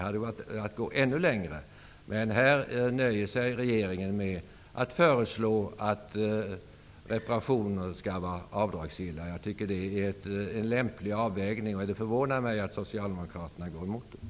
Här nöjer sig regeringen med att föreslå att reparationer skall vara avdragsgilla. Jag tycker att det är en lämplig avvägning. Det förvånar mig att Socialdemokraterna går emot här.